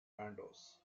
anders